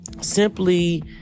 simply